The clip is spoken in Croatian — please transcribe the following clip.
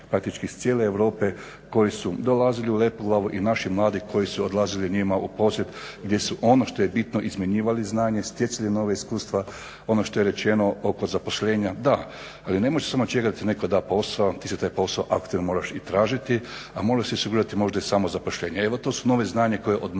praktički iz cijele Europe, koji su dolazili u Lepoglavu i naši mladi koji su odlazili njima u posjet gdje su ono što je bitno izmjenjivali znanje, stjecali nova iskustva. Ono što je rečeno oko zapošljenja, da, ali ne možete samo čekati da vam netko da posao, ti taj posao aktivno moraš i tražiti, a moraš …/Govornik se ne razumije./… možda i samozapošljenje.